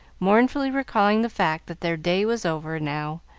mournfully recalling the fact that their day was over, now,